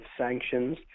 sanctions